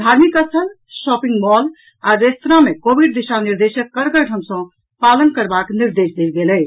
धार्मिक स्थल shopping mall आ रेस्तराँ मे कोविड दिशा निर्देशक कड़गर ढ़ग सँ पालन करबाक निर्देश देल गेल अछि